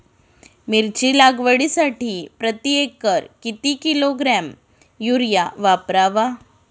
मिरची लागवडीसाठी प्रति एकर किती किलोग्रॅम युरिया वापरावा?